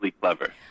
clever